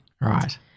Right